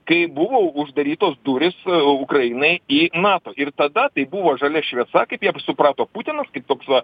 kai buvo uždarytos durys ukrainai į nato ir tada tai buvo žalia šviesa kaip jie suprato putinas kaip toks va